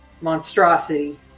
monstrosity